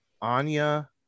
Anya